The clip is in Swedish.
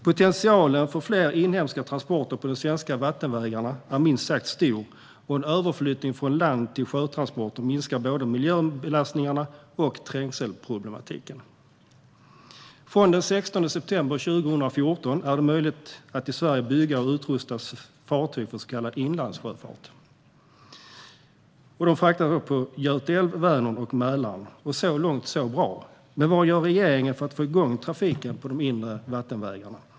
Potentialen för fler inhemska transporter på de svenska vattenvägarna är minst sagt stor, och en överflyttning från landtransporter till sjötransporter minskar både miljöbelastningen och trängselproblematiken. Från den 16 december 2014 är det möjligt att i Sverige bygga och utrusta fartyg för så kallad inlandssjöfart. Frakten går då på Göta älv, Vänern och Mälaren. Så långt är allt bra. Men vad gör regeringen för att få igång trafiken på de inre vattenvägarna?